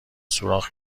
سوراخ